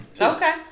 Okay